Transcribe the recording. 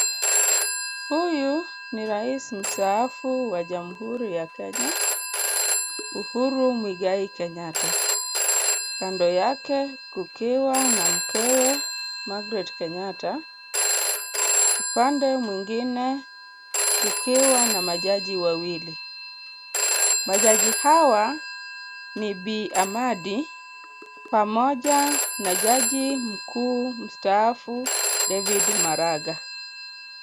Huyu ni rais mstaafu wa jamhuri ya Kenya Uhuru Muigai Kenyatta. Kando yake kukiwa na mkewe Margaret Kenyatta. Upande mwingine kukiwa na majaji wawili. Majaji hawa ni Bi. Amandi pamoja na jaji mkuu mstaafu David Maraga.